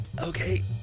Okay